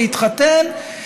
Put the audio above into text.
להתחתן,